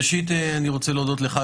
ראשית אני רוצה להודות לך,